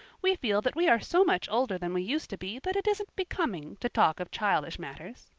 we feel that we are so much older than we used to be that it isn't becoming to talk of childish matters.